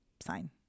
sign